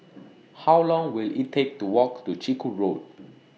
How Long Will IT Take to Walk to Chiku Road